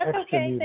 okay,